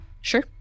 Sure